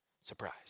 Surprise